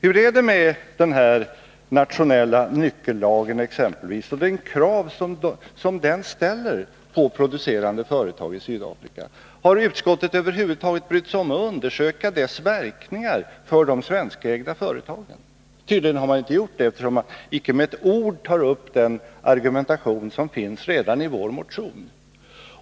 Hur är det exempelvis med den nationella nyckellagen och de krav som den ställer på producerande företag i Sydafrika? Har utskottet över huvud taget brytt sig om att undersöka dess verkningar för de svenskägda företagen? Tydligen har man inte gjort det, eftersom man icke med ett ord tar upp den argumentation som finns redan i vår motion.